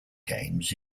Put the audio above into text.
games